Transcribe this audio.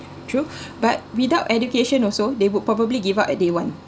true but without education also they would probably give up at day one